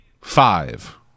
five